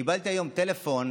קיבלתי היום טלפון,